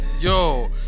yo